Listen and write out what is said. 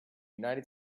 united